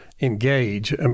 engage